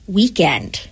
weekend